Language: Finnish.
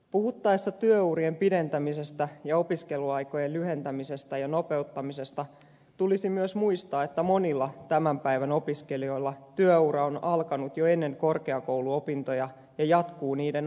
puhuttaessa työurien pidentämisestä ja opiskeluaikojen lyhentämisestä ja nopeuttamisesta tulisi myös muistaa että monilla tämän päivän opiskelijoilla työura on alkanut jo ennen korkeakouluopintoja ja jatkuu niiden aikana